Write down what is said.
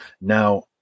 now